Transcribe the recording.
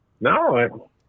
no